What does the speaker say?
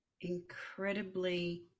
incredibly